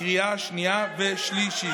לקריאה שנייה ושלישית.